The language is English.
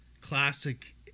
classic